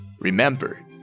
Remember